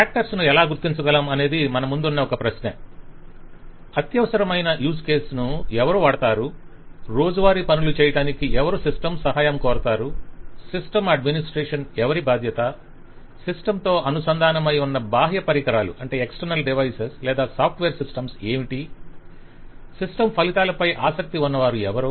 actors ను ఎలా గుర్తించగలం అనేది మనముందున్న ఒక ప్రశ్న - అత్యవసరమైన యూస్ కేసెస్ ను ఎవరు వాడతారు రోజువారీ పనులు చేయటానికి ఎవరు సిస్టమ్ సహాయం కొరతారు సిస్టమ్ అడ్మినిస్ట్రేషన్ ఎవరి బాధ్యత సిస్టమ్ తో అనుసంధానమై ఉన్న బాహ్య పరికరాలు లేదా సాఫ్ట్వేర్ సిస్టమ్స్ ఏమిటి సిస్టమ్ ఫలితాలపై ఆసక్తి ఉన్నవారు ఎవరు